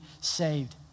saved